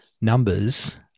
numbers